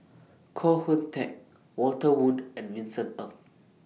Koh Hoon Teck Walter Woon and Vincent Ng